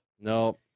No